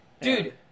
Dude